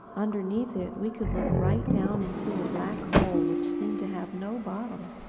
underneath it we could look right down into a black hole which seemed to have no bottom.